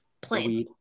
plant